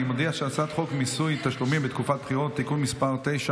אני מודיע שהצעת חוק מיסוי תשלומים בתקופת בחירות (תיקון מס 9,